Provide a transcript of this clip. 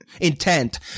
intent